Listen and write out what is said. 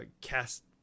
cast